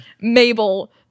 Mabel